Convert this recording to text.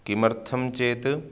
किमर्थं चेत्